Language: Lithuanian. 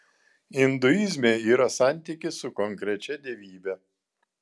induizme yra santykis su konkrečia dievybe